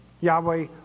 Yahweh